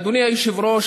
אדוני היושב-ראש,